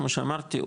כמו שאמרתי,